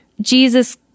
Jesus